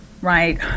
right